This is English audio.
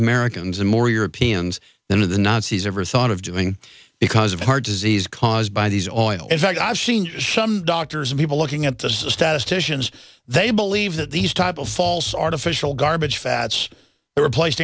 americans and more europeans than of the nazis ever thought of doing because of heart disease caused by these oil in fact i've seen some doctors and people looking at the statisticians they believe that these type of false artificial garbage fats were placed